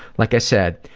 like i said,